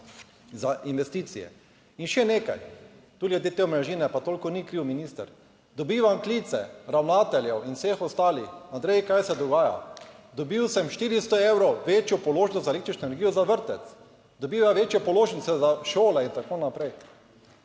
za investicije. In še nekaj, tudi glede te omrežnine, pa toliko. Ni kriv minister. Dobivam klice ravnateljev in vseh ostalih, Andrej, kaj se dogaja, dobil sem 400 evrov večjo položnico za električno energijo za vrtec, dobil je večje položnice za šole in tako naprej.